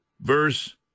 Verse